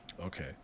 Okay